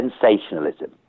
sensationalism